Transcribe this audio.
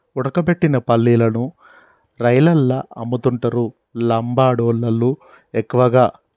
ఉడకబెట్టిన పల్లీలను రైలల్ల అమ్ముతుంటరు లంబాడోళ్ళళ్లు ఎక్కువగా